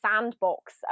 sandbox